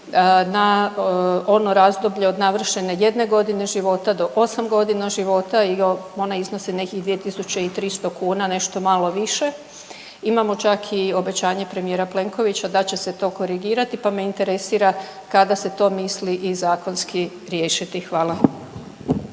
na ono razdoblje od navršene 1 godine života do 8 godina života i ona iznosi nekih 2.300 nešto malo više. Imamo čak i obećanje premijera Plenkovića da će se to korigirati, pa me interesira kada se to misli i zakonski riješiti, hvala.